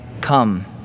come